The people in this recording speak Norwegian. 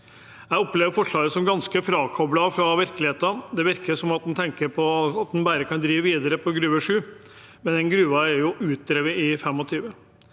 Jeg opplever forslaget som ganske frakoblet virkeligheten. Det virker som en tenker en bare kan drive videre på Gruve 7, men den gruva er utdrevet i 2025.